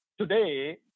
today